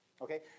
okay